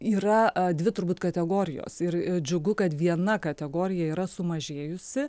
yra a dvi turbūt kategorijos ir džiugu kad viena kategorija yra sumažėjusi